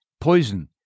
poison